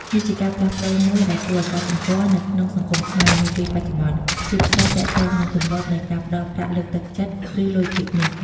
ជាងនេះទៅទៀត វាជារឿងធម្មតាទេក្នុងការឱនក្បាលបន្តិចពេលយកអំណោយដើម្បីបង្ហាញការដឹងគុណ។